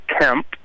Kemp